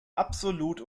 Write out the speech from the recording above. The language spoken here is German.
absolut